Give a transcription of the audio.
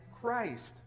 Christ